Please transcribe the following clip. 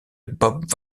bob